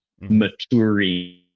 maturing